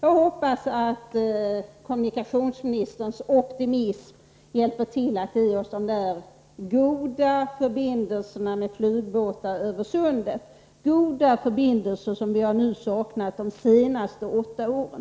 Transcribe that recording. Jag hoppas att kommunikationsministerns optimism skall hjälpa till att ge oss de goda förbindelser med flygbåtar över sundet som vi har saknat de senaste åtta åren.